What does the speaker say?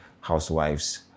housewives